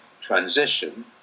transition